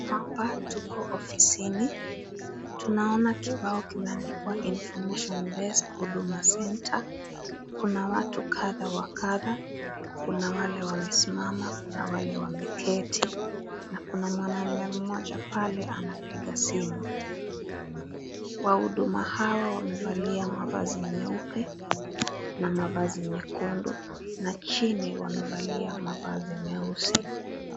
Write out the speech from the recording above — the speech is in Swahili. Hapa tuko ofisini. Tunaona kibao kimeandikwa " Information Desk " kwa Huduma Centre . Kuna watu kadha wa kadha, kuna wale wamesimama, kuna wale wameketi na kuna mwanaume mmoja pale anapiga simu. Wahuduma hawa wamevalia mavazi nyeupe na mavazi nyekundu na chini wamevalia mavazi meusi.